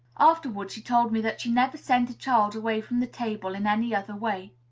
afterward she told me that she never sent a child away from the table in any other way.